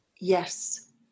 yes